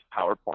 PowerPoint